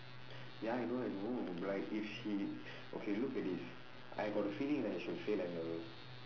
ya I know I know but like if she okay look at this I got a feeling right she'll fail N level